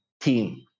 team